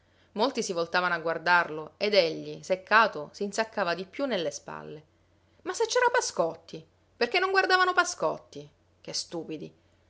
molti si voltavano a guardarlo ed egli seccato s'insaccava di più nelle spalle ma se c'era pascotti perché non guardavano pascotti che stupidi